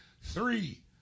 three